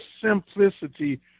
simplicity